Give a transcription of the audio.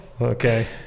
Okay